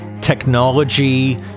technology